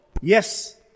yes